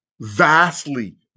vastly